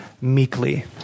meekly